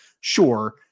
Sure